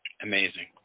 Amazing